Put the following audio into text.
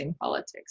politics